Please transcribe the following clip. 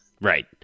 Right